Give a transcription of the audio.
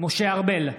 משה ארבל,